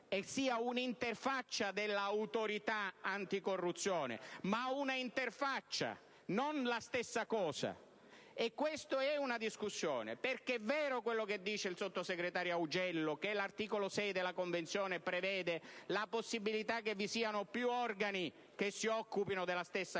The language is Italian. e sia una interfaccia dell'Autorità anticorruzione, ma un'interfaccia, non la stessa cosa. E questa è una discussione. È vero quanto dice il sottosegretario Augello che l'articolo 6 della Convenzione prevede la possibilità che vi siano più organi che si occupino della stessa questione.